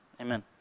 Amen